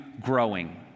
growing